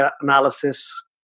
analysis